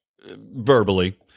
verbally